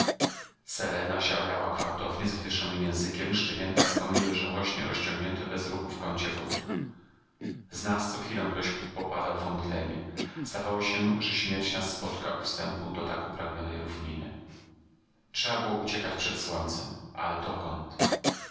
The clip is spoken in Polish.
selena ziajała gwałtownie z wywieszonym językiem szczenięta skomliły żałośnie rozciągnięte bez ruchu w kącie wozu z nas co chwilę ktoś popadał w omdlenie zdawało się że śmierć nas spotka u wstępu do tak upragnionej równiny trzeba było uciekać przed słońcem ale dokąd